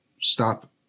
stop